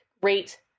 great